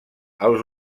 els